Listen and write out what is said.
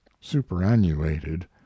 superannuated